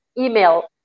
email